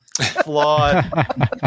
flawed